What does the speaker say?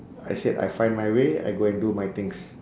I said I find my way I go and do my things